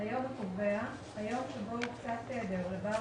"היום הקובע" היום שבו הוקצה תדר לבעל